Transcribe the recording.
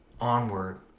onward